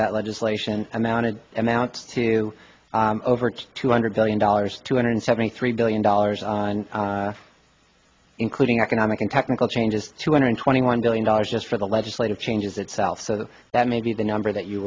that legislation amounted amount to over two hundred billion dollars two hundred seventy three billion dollars on including economic and technical changes two hundred twenty one billion dollars just for the legislative changes itself so that that may be the number that you